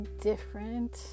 different